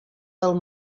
del